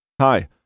Hi